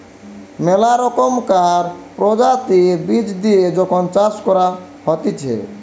মেলা রকমকার প্রজাতির বীজ দিয়ে যখন চাষ করা হতিছে